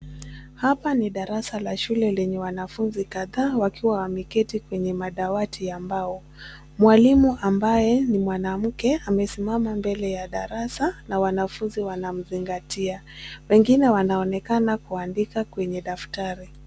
Hapa ni darasa la shule lenye wanafunzi kadhaa, wakiwa wameketi kwenye madawati ya mbao. Mwalimu ambaye ni mwanamke amesimama mbele ya darasa ,na wanafunzi wanamzingatia .Wengine wanaonekana kuandika kwenye daftari .